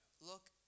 look